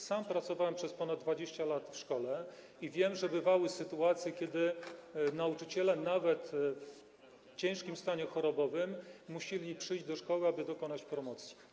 Sam pracowałem przez ponad 20 lat w szkole i wiem, że bywały sytuacje, kiedy nauczyciele nawet w ciężkim stanie chorobowym przychodzili do szkoły, aby udzielić promocji.